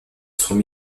sont